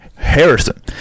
harrison